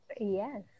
yes